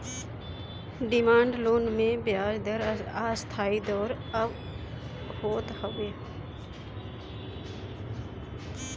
demand loan मे बियाज दर अस्थाई तौर पअ होत हवे